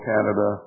Canada